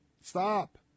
stop